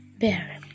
Bear